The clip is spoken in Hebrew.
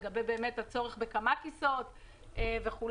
לגבי הצורך בכמה מערכות וכו',